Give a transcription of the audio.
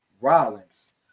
Rollins